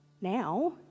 now